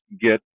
get